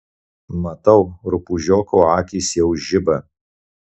matau rupūžioko akys jau žiba